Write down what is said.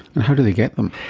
and how do they get them?